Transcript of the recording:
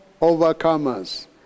overcomers